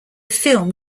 film